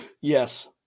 Yes